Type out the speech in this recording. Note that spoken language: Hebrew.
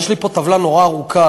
יש לי פה טבלה נורא ארוכה,